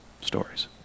stories